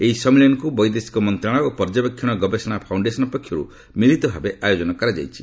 ଏହି ସମ୍ମିଳନୀକୁ ବୈଦେଶିକ ମନ୍ତ୍ରଣାଳୟ ଓ ପର୍ଯ୍ୟବେକ୍ଷଣ ଗବେଷଣା ଫାଉଣ୍ଡେସନ ପକ୍ଷରୁ ମିଳିତଭାବେ ଆୟୋଜନ କରାଯାଇଛି